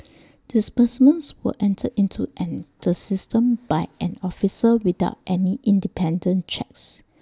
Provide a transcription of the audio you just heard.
disbursements were entered into an the system by an officer without any independent checks